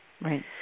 Right